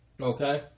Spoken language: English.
okay